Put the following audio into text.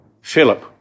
Philip